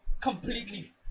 completely